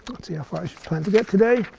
let's see how far i should plan to get today.